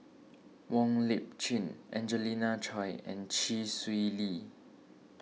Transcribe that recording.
Wong Lip Chin Angelina Choy and Chee Swee Lee